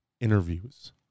interviews